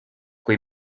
kui